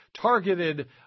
targeted